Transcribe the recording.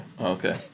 okay